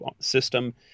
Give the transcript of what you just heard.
system